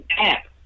app